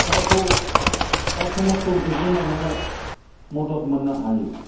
गावखौ बा समाजखौ दैदेनलांनायाव मदद मोननो हायो